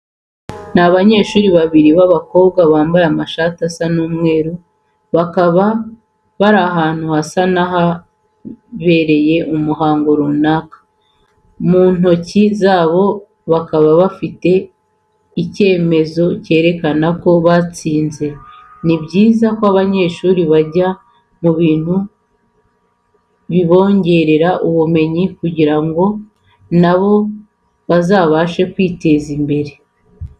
Ni abanyeshuri babiri b'abakobwa bambaye amashati asa umweru, bakaba bari ahantu hasa nk'ahabereye umuhango runaka. Mu ntoki zabo bakaba bafite icyemezo kerekana ko batsinze. Ni byiza ko abanyeshuri bajya mu bintu bibongerera ubumenyi kugira ngo na bo bazabashe kwiteza imbere.